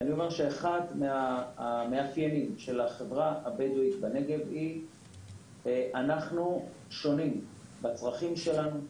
אחד המאפיינים של החברה הבדואים בנגב הוא אנחנו שונים בצרכים שלנו,